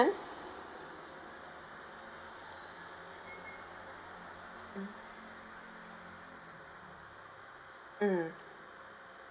mm mm